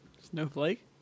Snowflake